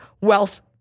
wealth